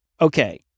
okay